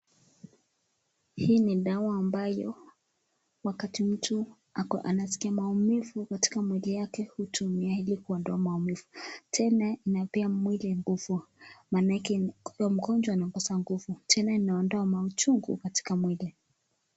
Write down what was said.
Hii ni dawa ambayo wakati mtu ako anasikia maumivu katika mwili wake utumia ili kuondoa maumivu tena inapea mwili nguvu manake ikiwa mgonjwa anakosa nguvu tena inaondoa mauchungu katika mwili.